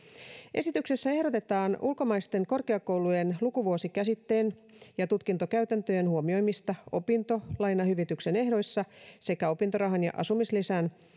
esityksessä ehdotetaan ulkomaisten korkeakoulujen lukuvuosikäsitteen ja tutkintokäytäntöjen huomioimista opintolainahyvityksen ehdoissa sekä opintorahan ja asumislisän